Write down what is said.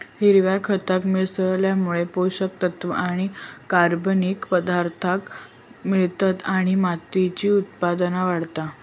हिरव्या खताक मिसळल्यामुळे पोषक तत्त्व आणि कर्बनिक पदार्थांक मिळतत आणि मातीची उत्पादनता वाढता